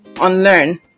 unlearn